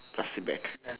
plastic bag